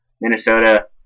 Minnesota